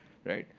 right?